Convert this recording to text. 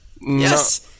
Yes